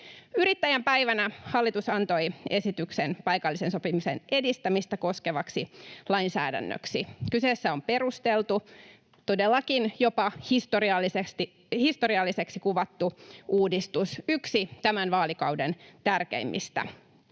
Yrittäjän päivänä hallitus antoi esityksen paikallisen sopimisen edistämistä koskevaksi lainsäädännöksi. Kyseessä on perusteltu, todellakin jopa historialliseksi kuvattu, uudistus, yksi tämän vaalikauden tärkeimmistä.